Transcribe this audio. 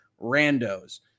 randos